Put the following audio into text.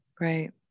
Right